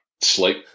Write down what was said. sleep